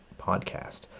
podcast